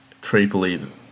creepily